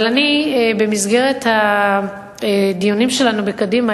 במסגרת הדיונים שלנו בקדימה,